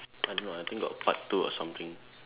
I don't know I think got part two or something